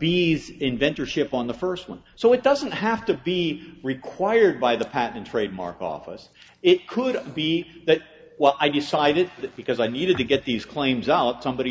these inventor ship on the first one so it doesn't have to be required by the patent trademark office it could be that well i decided that because i needed to get these claims out somebody